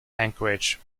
anchorage